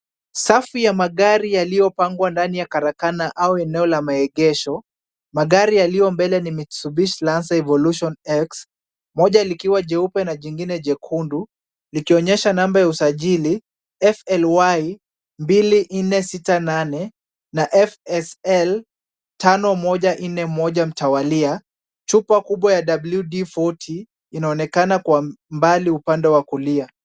Safu ya magari yaliyopangwa ndani ya karakana au eneo la maegesho. Magari yaliyo mbele ni mitsubishi lancer evolution X, moja likiwa jeupe na jingine jekundu, likionyesha namba ya usajili FLY 2468 na FSL 5141 mtawalia, chupa kubwa ya WD-40 inaonekana kwa mbali upande wa kulia.